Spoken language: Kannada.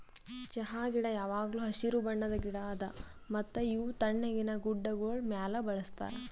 ಚಹಾ ಗಿಡ ಯಾವಾಗ್ಲೂ ಹಸಿರು ಬಣ್ಣದ್ ಗಿಡ ಅದಾ ಮತ್ತ ಇವು ತಣ್ಣಗಿನ ಗುಡ್ಡಾಗೋಳ್ ಮ್ಯಾಲ ಬೆಳುಸ್ತಾರ್